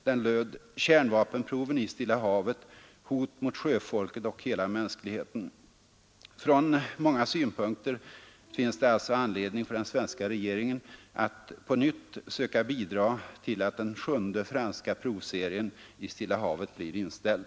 Den löd: ”Kärnproven i Stilla havet — hot mot sjöfolket och hela mänskligheten.” Från många synpunkter finns det alltså anledning för den svenska regeringen att på nytt söka bidra till att den sjunde franska provserien i Stilla havet blir inställd.